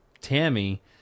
Tammy